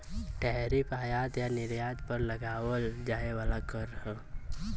tariff आयात या निर्यात पर लगावल जाये वाला कर हौ